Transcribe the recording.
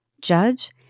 judge